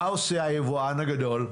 מה עושה היבואן הגדול?